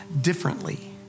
differently